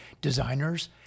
designers